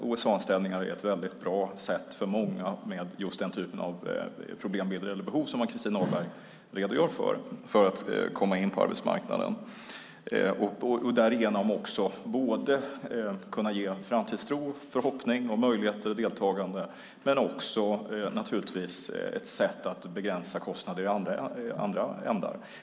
OSA-anställningar är ett väldigt bra sätt för många med just den typen av problembilder eller behov som Ann-Christin Ahlberg redogör för att komma in på arbetsmarknaden och därigenom både kunna få framtidstro, förhoppning, möjligheter och deltagande. Det är naturligtvis också ett sätt att begränsa kostnader i andra ändar.